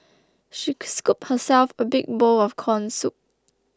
she scooped herself a big bowl of Corn Soup